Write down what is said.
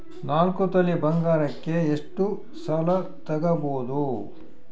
ನಾಲ್ಕು ತೊಲಿ ಬಂಗಾರಕ್ಕೆ ಎಷ್ಟು ಸಾಲ ತಗಬೋದು?